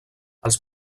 els